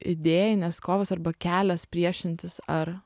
idėjinės kovos arba kelias priešintis ar